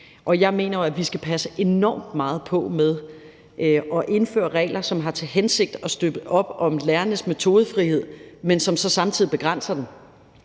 Jeg mener, man skal passe enormt meget på med at indføre regler, som har til hensigt at støtte op om lærernes metodefrihed, men som man så samtidig begrænser.